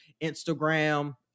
Instagram